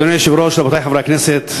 אדוני היושב-ראש, רבותי חברי הכנסת,